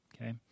okay